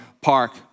Park